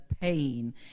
pain